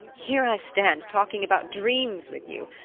here i stand talking about dreams with you.